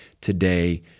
today